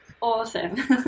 Awesome